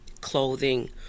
clothing